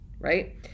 right